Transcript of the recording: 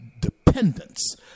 dependence